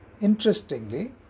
Interestingly